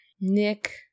Nick